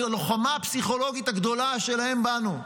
הלוחמה הפסיכולוגית הגדולה שלהם בנו.